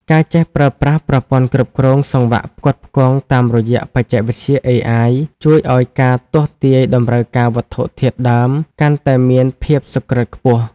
ការចេះប្រើប្រាស់ប្រព័ន្ធគ្រប់គ្រងសង្វាក់ផ្គត់ផ្គង់តាមរយៈបច្ចេកវិទ្យា AI ជួយឱ្យការទស្សន៍ទាយតម្រូវការវត្ថុធាតុដើមកាន់តែមានភាពសុក្រឹតខ្ពស់។